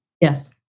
yes